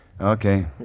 Okay